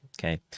Okay